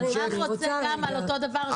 רם שפע רוצה להתייחס לאותו דבר,